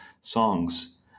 songs